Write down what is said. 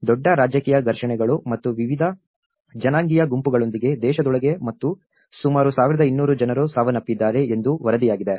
ದೊಡ್ಡ ರಾಜಕೀಯ ಘರ್ಷಣೆಗಳು ಮತ್ತು ವಿವಿಧ ಜನಾಂಗೀಯ ಗುಂಪುಗಳೊಂದಿಗೆ ದೇಶದೊಳಗೆ ಮತ್ತು ಸುಮಾರು 1200 ಜನರು ಸಾವನ್ನಪ್ಪಿದ್ದಾರೆ ಎಂದು ವರದಿಯಾಗಿದೆ